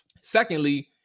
Secondly